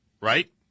right